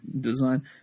design